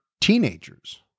teenagers